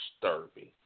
disturbing